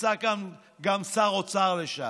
נמצא כאן גם שר אוצר לשעבר.